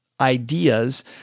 ideas